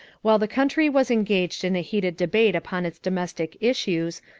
while the country was engaged in a heated debate upon its domestic issues,